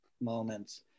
moments